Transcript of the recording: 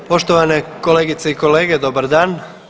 Poštovane kolegice i kolege dobar dan.